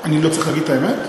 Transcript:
אני לא צריך להגיד את האמת?